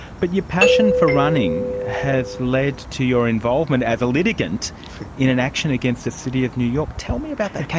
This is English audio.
but your passion for running has led to your involvement as a litigant in in action against the city of new york. tell me about that case,